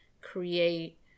create